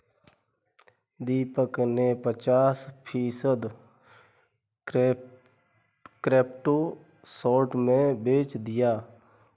दीपक ने पचास फीसद क्रिप्टो शॉर्ट में बेच दिया